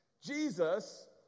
Jesus